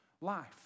life